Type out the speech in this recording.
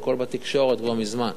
הכול בתקשורת כבר מזמן.